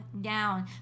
down